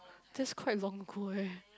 just quite long ago leh